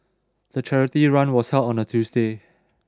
the charity run was held on a Tuesday